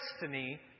destiny